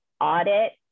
audit